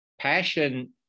passion